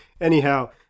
Anyhow